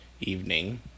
evening